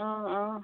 অঁ অঁ